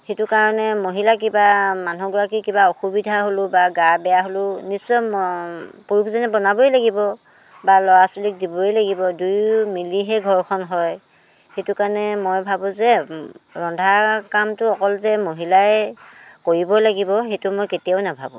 সেইটো কাৰণে মহিলা কিবা মানুহগৰাকী কিবা অসুবিধা হ'লেও বা গা বেয়া হ'লেও নিশ্চয় পুৰুষজনে বনাবই লাগিব বা ল'ৰা ছোৱালীক দিবই লাগিব দুয়ো মিলিহে ঘৰখন হয় সেইটো কাৰণে মই ভাবোঁ যে ৰন্ধা কামটো অকল যে মহিলাই কৰিব লাগিব সেইটো মই কেতিয়াও নেভাবোঁ